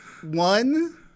one